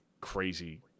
crazy